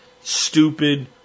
stupid